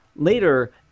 later